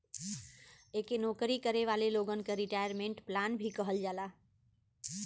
एके नौकरी करे वाले लोगन क रिटायरमेंट प्लान भी कहल जाला